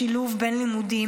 השילוב בין לימודים,